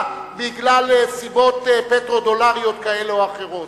בגלל סיבות פטרו-דולריות כאלה או אחרות.